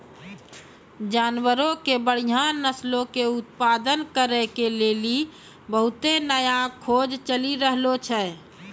जानवरो के बढ़िया नस्लो के उत्पादन करै के लेली बहुते नया खोज चलि रहलो छै